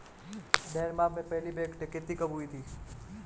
Denmark में पहली bank डकैती कब हुई थी?